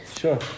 Sure